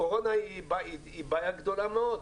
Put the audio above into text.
הקורונה היא בעיה גדולה מאוד.